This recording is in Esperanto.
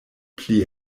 pli